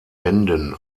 wenden